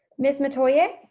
miss metoyer?